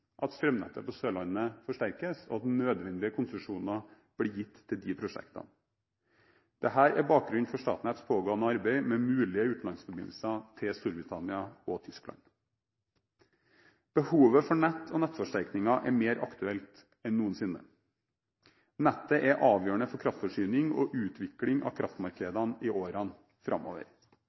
til disse prosjektene. Dette er bakgrunnen for Statnetts pågående arbeid med mulige utenlandsforbindelser til Storbritannia og Tyskland. Behovet for nett og nettforsterkninger er mer aktuelt enn noensinne. Nettet er avgjørende for kraftforsyning og utvikling av kraftmarkedene i årene framover.